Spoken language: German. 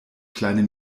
kleine